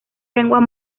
lenguas